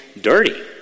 dirty